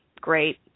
Great